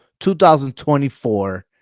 2024